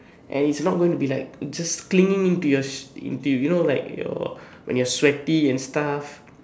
and its not gonna be like just clinging into into you know like your when your sweaty and stuff